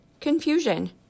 confusion